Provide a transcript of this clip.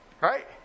Right